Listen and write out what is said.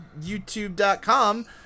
youtube.com